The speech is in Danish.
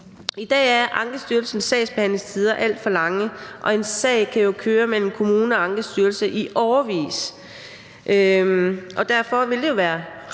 I dag er Ankestyrelsens sagsbehandlingstider alt for lange, og en sag kan jo køre mellem kommune og Ankestyrelse i årevis, og derfor ville det jo være